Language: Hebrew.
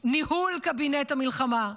ניהול קבינט המלחמה,